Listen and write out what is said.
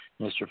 Mr